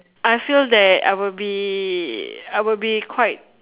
I feel that I will be I will be quite